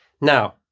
Now